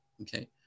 Okay